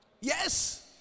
Yes